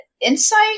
insight